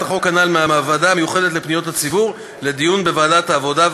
החוק הנ"ל מהוועדה המיוחדת לפניות הציבור לדיון בוועדת העבודה,